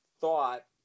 thought